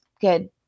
good